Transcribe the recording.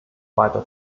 weiter